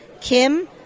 Kim